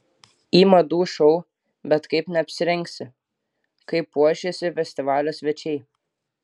į madų šou bet kaip neapsirengsi kaip puošėsi festivalio svečiai